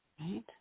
right